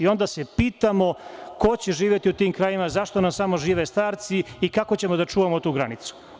Onda se pitamo ko će živeti u tim krajevima, zašto nam samo žive starci i kako ćemo da čuvamo tu granicu.